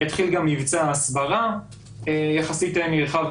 התחיל גם מבצע הסברה יחסית נרחב,